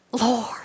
Lord